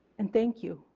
and thank you.